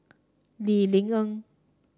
Lee Ling Yen